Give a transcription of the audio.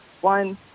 One